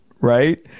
right